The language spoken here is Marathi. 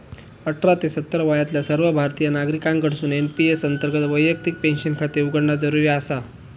अठरा ते सत्तर वयातल्या सर्व भारतीय नागरिकांकडसून एन.पी.एस अंतर्गत वैयक्तिक पेन्शन खाते उघडणा जरुरी आसा